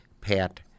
Pat